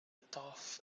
tough